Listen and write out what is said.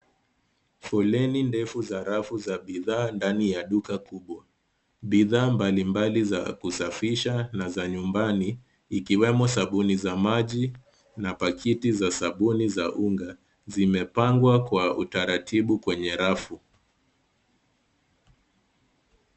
Foleni ndefu za rafu za bidhaa ndani ya duka kubwa. Bidhaa mbalimbali za kusafisha na za nyumbani, ikiwemo sabuni za maji na pakiti za sabuni za unga, zimepangwa kwa utaratibu kwenye rafu.